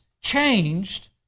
changed